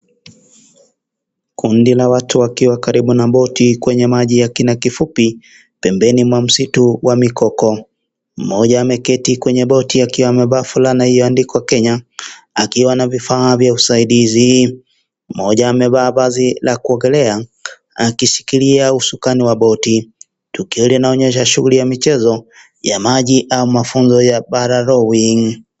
Kundi la watu wakiwa karibu na boti kwenye maji ya kina kifupi, pembeni mwa msitu wa mikoko, mmoja ameketi kwenye boti akiwa amevaa fulana ilio andikwa Kenya, akiwa na vifaa vya usaidizii, mmoja amevaa vazi la kuogelea, akishkilia usukani wa boti, tukio linaonyesha shuguli ya michezoya, maji, au mafunzo ya baralowing .